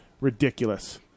ridiculous